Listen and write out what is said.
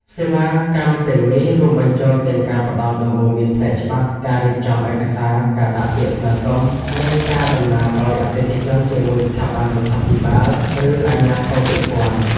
សេវាកម្មទាំងនេះរួមបញ្ចូលទាំងការផ្តល់ដំបូន្មានផ្នែកច្បាប់ ការរៀបចំឯកសារ ការដាក់ពាក្យស្នើសុំ និងការតំណាងឱ្យអតិថិជនជាមួយស្ថាប័នរដ្ឋាភិបាល ឬអាជ្ញាធរពាក់ព័ន្ធ។